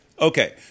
Okay